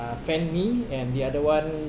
fan me and the other one